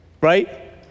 right